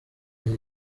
iki